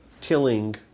killing